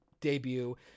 debut